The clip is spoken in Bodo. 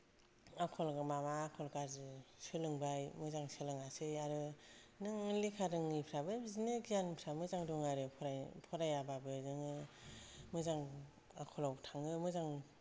आखल माबा आखल गाज्रि सोलोंबाय मोजां सोलोङासै आरो नों लेखा रोङैफ्राबो बिदिनो गियानफ्रा मोजां दं आरो फराय फरायाबाबो नोङो मोजां आखलाव थाङो मोजां